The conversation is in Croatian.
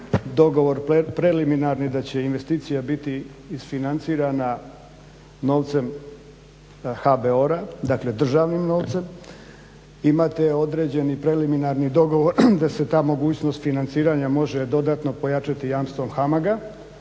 dogovor preliminirani da će investicija biti isfinancirana novcem HBOR-a, dakle državnim novcem, imate određeni preliminarni dogovor da se ta mogućnost financiranja može dodatno pojačati jamstvom HAMAG-a